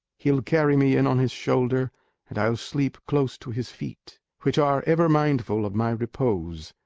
he'll carry me in on his shoulder and i'll sleep close to his feet, which are ever mindful of my repose.